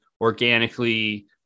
organically